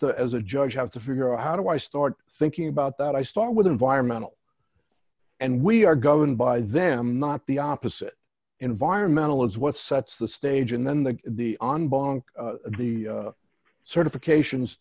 to as a judge have to figure out how do i start thinking about that i start with environmental and we are governed by them not the opposite environmental is what sets the stage and then the the on bonk the certifications